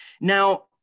Now